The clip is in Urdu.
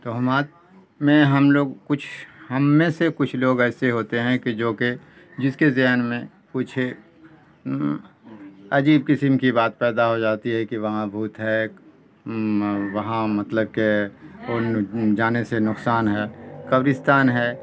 توہمات میں ہم لوگ کچھ ہم میں سے کچھ لوگ ایسے ہوتے ہیں کہ جو کہ جس کے ذہن میں کچھ عجیب قسم کی بات پیدا ہو جاتی ہے کہ وہاں بھوت ہے وہاں مطلب کہ جانے سے نقصان ہے قبرستان ہے